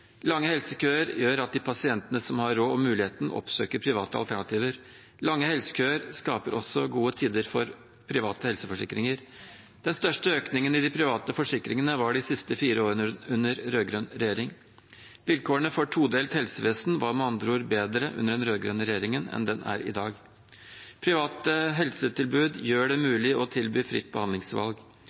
Lange helsekøer gjør at de pasientene som har råd og mulighet, oppsøker private alternativer. Lange helsekøer skaper også gode tider for private helseforsikringer. Den største økningen i de private forsikringene var de siste fire årene under rød-grønn regjering. Vilkårene for et todelt helsevesen var med andre ord bedre under den rød-grønne regjeringen enn de er i dag. Private helsetilbud gjør det mulig å tilby fritt behandlingsvalg.